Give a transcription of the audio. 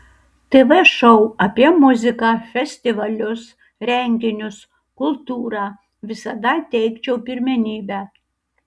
tv šou apie muziką festivalius renginius kultūrą visada teikčiau pirmenybę